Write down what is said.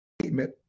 statement